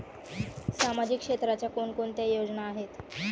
सामाजिक क्षेत्राच्या कोणकोणत्या योजना आहेत?